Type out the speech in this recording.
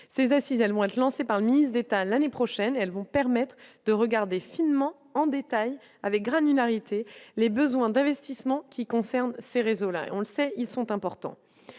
ces assises, elles vont être lancées par le ministre d'État, l'année prochaine, elles vont permettre de regarder finalement en détail avec granularité les besoins d'investissement qui concernent ces réseaux-là, on le sait, ils sont importants,